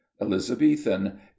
elizabethan